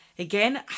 Again